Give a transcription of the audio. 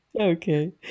Okay